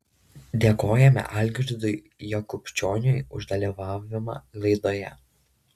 dėkojame algirdui jakubčioniui už dalyvavimą laidoje